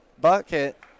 bucket